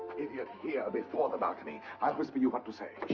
idiot, here, before the balcony. i'll whisper you what to say.